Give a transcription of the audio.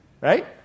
right